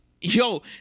yo